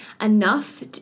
enough